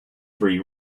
free